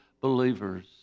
believers